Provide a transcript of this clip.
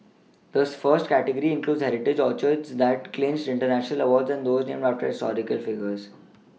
the first category includes heritage orchids that clinched international awards and those named after historical figures